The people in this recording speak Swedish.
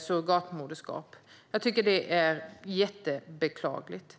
surrogatmoderskap. Jag tycker att det är jättebeklagligt.